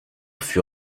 fut